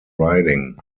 riding